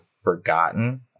forgotten